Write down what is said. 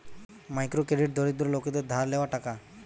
micro credit দরিদ্র লোকদের ধার লেওয়া টাকা